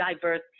diverse